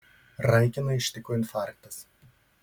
raikiną ištiko infarktas